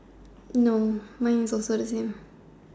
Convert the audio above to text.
no mine is also the same